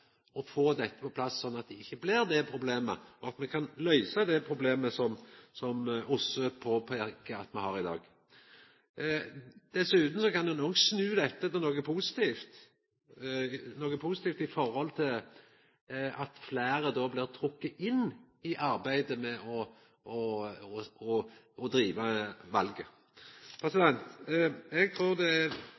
år, få dette på plass så det ikkje blir noko problem, og løysa det problemet som OSSE peikar på at me har i dag. Dessutan kan ein òg snu dette til noko positivt i høve til at fleire då blir trekte inn i arbeidet med å driva valet. Eg trur det er